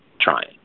trying